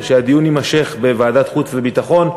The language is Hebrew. אני מציע שהדיון יימשך בוועדת החוץ והביטחון,